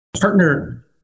partner